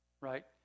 right